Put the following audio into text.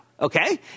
Okay